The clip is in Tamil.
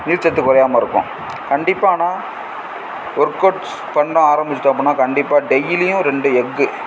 நீர்ச்சத்து குறையாம இருக்கும் கண்டிப்பாக ஆனால் ஒர்க் அவுட்ஸ் பண்ண ஆரம்பிச்சுட்டோம் அப்படினா கண்டிப்பாக டெய்லியும் ரெண்டு எக்கு